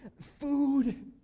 food